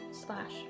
slash